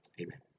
Amen